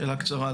שאלה קצרה.